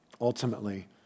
Ultimately